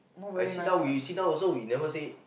I sit down we sit down also never say